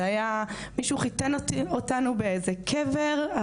זה היה מישהו חיתן אותנו באיזה קבר,